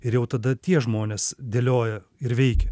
ir jau tada tie žmonės dėlioja ir veikia